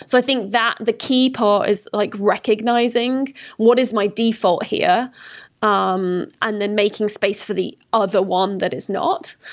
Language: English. so i think the key part is like recognizing what is my default here um and then making space for the other one that is not.